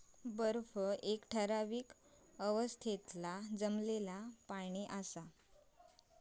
बर्फ एक ठरावीक अवस्थेतला जमलेला पाणि असा